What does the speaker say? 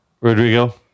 Rodrigo